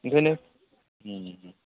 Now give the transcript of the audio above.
बेनिखायनो